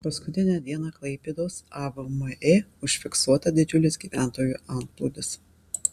paskutinę dieną klaipėdos avmi užfiksuota didžiulis gyventojų antplūdis